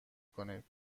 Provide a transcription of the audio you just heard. کنید